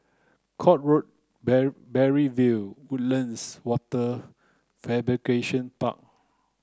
Court Road Parry View Woodlands Wafer Fabrication Park